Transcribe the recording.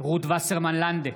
רות וסרמן לנדה,